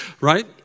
right